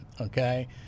okay